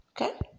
Okay